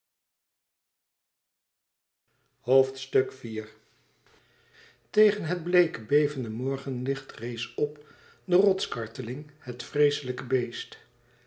tegen het bleeke bevende morgenlicht rees op de rotskarteling het vreeslijke beest